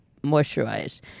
moisturized